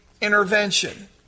intervention